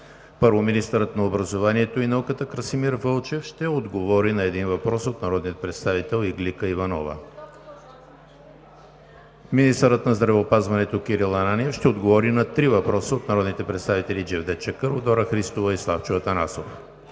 1. Министърът на образованието и науката Красимир Вълчев ще отговори на един въпрос от народния представител Иглика Иванова. 2. Министърът на здравеопазването Кирил Ананиев ще отговори на три въпроса от народните представители Джевдет Чакъров, Дора Христова и Славчо Атанасов.